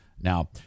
Now